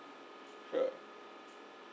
sure